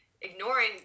ignoring